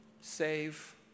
save